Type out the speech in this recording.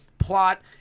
Plot